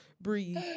Breathe